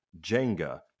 Jenga